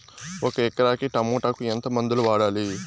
ఒక ఎకరాకి టమోటా కు ఎంత మందులు వాడాలి?